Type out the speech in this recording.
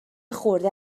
خورده